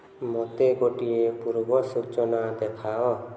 ମୋତେ ଗୋଟିଏ ପୂର୍ବ ସୂଚନା ଦେଖାଅ